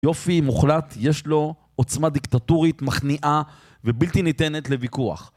יופי מוחלט, יש לו עוצמה דיקטטורית, מכניעה, ובלתי ניתנת לויכוח.